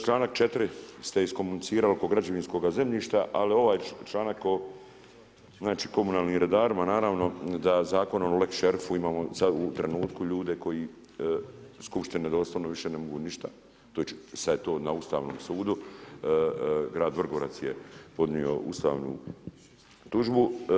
Članak 4. ste iskomunicirali oko građevinskog zemljišta, ali ovaj članak o komunalnim redarima naravno da zakon o lex šerifu imamo sada u trenutku ljude koji skupštine doslovno više ne mogu ništa, sada je to na Ustavnom sudu, grad Vrgorac je podnio ustavnu tužbu.